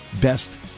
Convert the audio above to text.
best